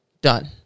done